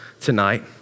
tonight